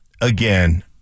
again